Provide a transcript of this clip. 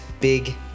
Big